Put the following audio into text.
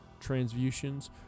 transfusions